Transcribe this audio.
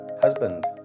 Husband